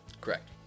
Correct